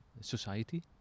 society